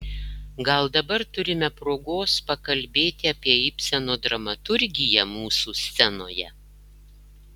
gal dabar turime progos pakalbėti apie ibseno dramaturgiją mūsų scenoje